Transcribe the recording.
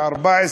14,